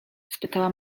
spytała